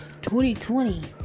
2020